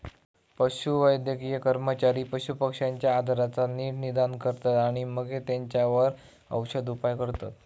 पशुवैद्यकीय कर्मचारी पशुपक्ष्यांच्या आजाराचा नीट निदान करतत आणि मगे तेंच्यावर औषदउपाय करतत